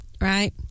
Right